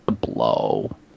blow